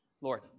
Lord